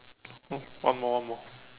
oh one more one more